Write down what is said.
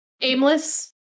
aimless